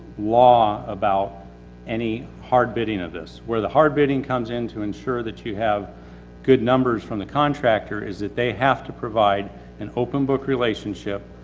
law about any any hard bidding of this, where the hard bidding comes in to ensure that you have good numbers from the contractor is that they have to provide an open book relationship.